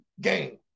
game